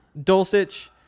Dulcich